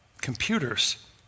computers